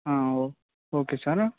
okay sir